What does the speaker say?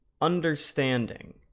understanding